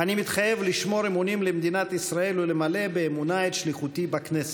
לשמור אמונים למדינת ישראל ולמלא באמונה את שליחותי בכנסת".